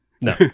No